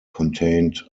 contained